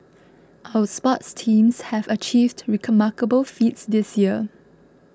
our sports teams have achieved remarkable feats this year